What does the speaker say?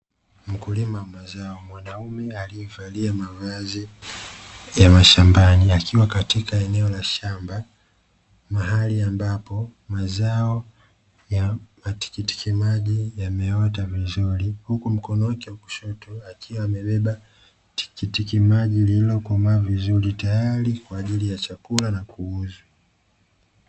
Wakulima, mazao, mwanaume aliyevalia mavazi ya mashambani akiwa katika eneo la shamba, mahali ambapo mazao ya matikiti maji yameota vizuri, huku mkono wake wa kushoto akiwa amebeba tikitimaji lililokomaa vizuri, tayari kwa ajili ya chakula na kuuzwa.